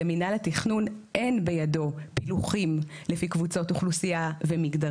למינהל התכנון אין בידו פילוחים לפי קבוצות אוכלוסייה ומגדר